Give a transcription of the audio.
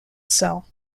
cell